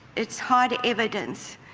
it's hard evidence,